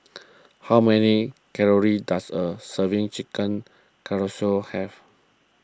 how many calories does a serving Chicken Casserole have